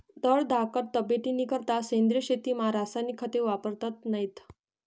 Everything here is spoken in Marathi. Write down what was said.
धडधाकट तब्येतनीकरता सेंद्रिय शेतीमा रासायनिक खते वापरतत नैत